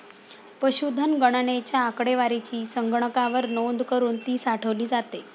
पशुधन गणनेच्या आकडेवारीची संगणकावर नोंद करुन ती साठवली जाते